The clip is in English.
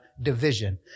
division